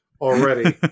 already